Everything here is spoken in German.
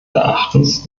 erachtens